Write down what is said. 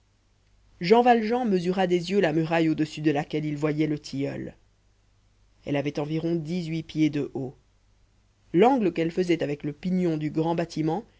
jean valjean mesura des yeux la muraille au-dessus de laquelle il voyait le tilleul elle avait environ dix-huit pieds de haut l'angle qu'elle faisait avec le pignon du grand bâtiment